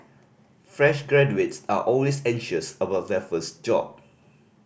fresh graduates are always anxious about their first job